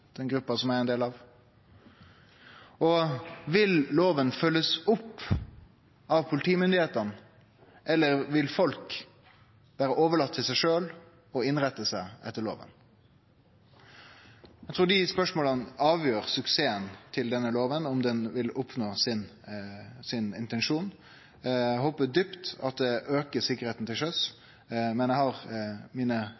den gruppa som eg er ein del av? Og vil lova bli følgd opp av politimyndigheitene, eller vil det vere overlate til den enkelte å innrette seg etter lova? Eg trur dei spørsmåla avgjer suksessen til denne lova – om ho vil oppnå sin intensjon. Eg håpar djupt at ho aukar sikkerheita til